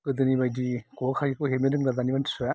गोदोनि बायदि खखा खाखिखौ हेबनो रोंला दानि मानसिफ्रा